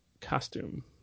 costume